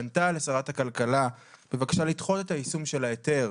פנתה לשרת הכלכלה בבקשה לדחות את היישום של ההיתר.